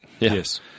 Yes